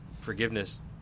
forgiveness